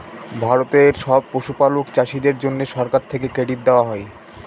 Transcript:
ভারতের সব পশুপালক চাষীদের জন্যে সরকার থেকে ক্রেডিট দেওয়া হয়